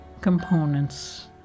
components